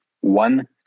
one